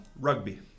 rugby